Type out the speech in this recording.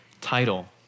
title